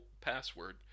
password